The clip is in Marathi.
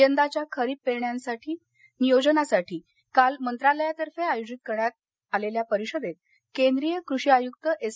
यंदाच्या खरीप पेरण्यांच्या नियोजनासाठी काल मंत्रालयातर्फे आयोजित करण्यात परिषदेत केंद्रीय कृषी आयुक्त एस